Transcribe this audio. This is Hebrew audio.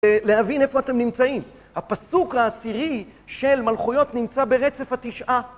להבין איפה אתם נמצאים, הפסוק העשירי של מלכויות נמצא ברצף התשעה.